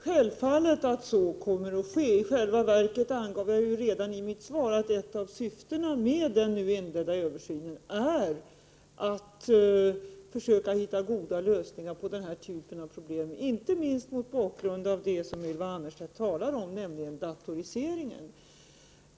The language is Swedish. Herr talman! Självfallet kommer så att ske. I själva verket angav jag redan i mitt svar att ett av syftena med den nu inledda översynen är att försöka hitta goda lösningar på denna typ av problem, inte minst mot bakgrund av det som Ylva Annerstedt talar om, nämligen datoriseringen.